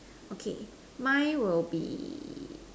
okay mine will be